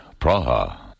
Praha